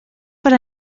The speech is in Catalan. per